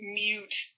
mute